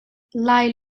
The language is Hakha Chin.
lai